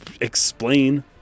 explain